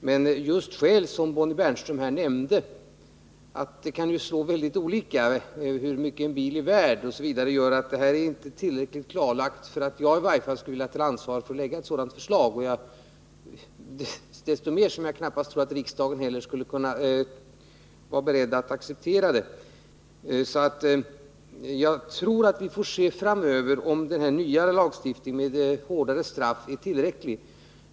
Just sådana skälsom Bonnie Bernström här nämnde — det kan slå väldigt olika, beroende på hur mycket bilen är värd osv. — gör dock att frågan inte är tillräckligt klarlagd för att i varje fall jag skulle vilja ta ansvaret för att lägga fram ett sådant förslag, desto mer som jag knappast tror att riksdagen heller skulle vara beredd att acceptera det. Vi får se framöver, om den nya lagstiftningen med hårdare straff är tillräcklig.